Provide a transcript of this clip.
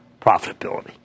profitability